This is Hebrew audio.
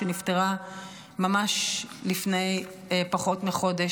שנפטרה ממש לפני פחות מחודש,